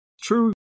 true